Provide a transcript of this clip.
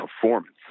performance